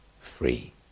free